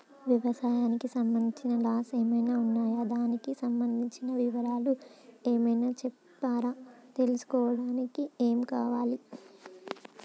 వ్యవసాయం సంబంధించిన లోన్స్ ఏమేమి ఉన్నాయి దానికి సంబంధించిన వివరాలు ఏమైనా చెప్తారా తీసుకోవడానికి ఏమేం కావాలి?